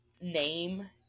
name